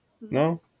No